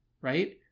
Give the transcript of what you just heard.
right